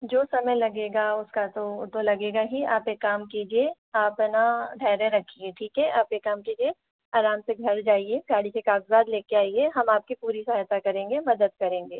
जो समय लगेगा उसका तो वो तो लगेगा ही आप एक काम कीजिए आप है ना धैर्य रखिए ठीक है आप एक काम कीजिए आराम से घर जाइए गाड़ी के कागजात लेकर आइए हम आपकी पूरी सहायता करेंगे मदद करेंगे